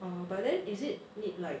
um but then is it need like